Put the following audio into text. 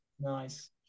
Nice